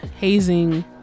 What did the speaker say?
hazing